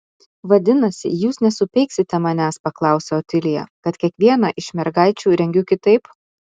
vadinasi jūs nesupeiksite manęs paklausė otilija kad kiekvieną iš mergaičių rengiu kitaip